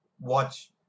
watch